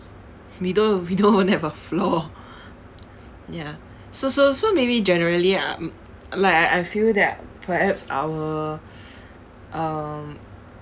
we don't we don't have a floor ya so so so maybe generally I'm like I feel that perhaps our um